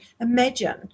Imagine